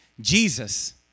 Jesus